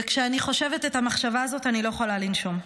כשאני חושבת את המחשבה הזאת, אני לא יכולה לנשום.